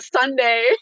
Sunday